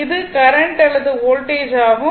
அது கரண்ட் அல்லது வோல்டேஜ் ஆகும்